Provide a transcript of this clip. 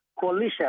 coalition